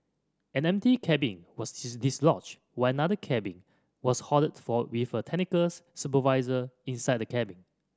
an empty cabin was dislodged while another cabin was halted with a technical supervisor inside the cabin